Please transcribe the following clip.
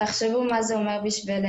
תחשבו מה זה אומר בשבילנו,